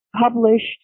published